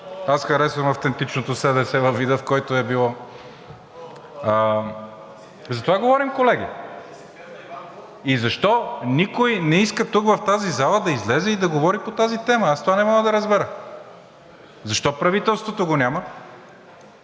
аз харесвам автентичното СДС във вида, в който е било. За това говорим, колеги! И защо никой не иска тук в залата да излезе и да говори по тази тема? Аз това не мога да разбера! Защо правителството го няма?